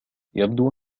يبدو